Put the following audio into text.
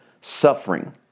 suffering